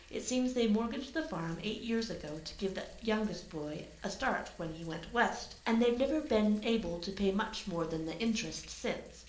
it seems they mortgaged the farm eight years ago to give the youngest boy a start when he went west and they've never been able to pay much more than the interest since.